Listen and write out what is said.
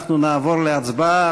ואנחנו נעבור להצבעה.